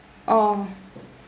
oh